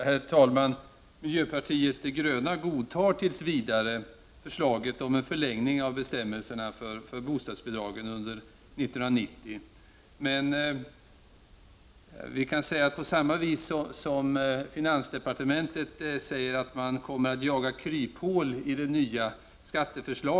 Herr talman! Miljöpartiet de gröna godtar tills vidare förslaget om förlängning av bestämmelserna om bostadsbidrag under 1990. Det sägs att finansdepartementet kommer att jaga kryphål i det nya skatteförslaget.